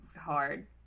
hard